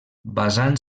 basant